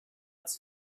its